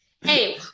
Hey